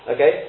Okay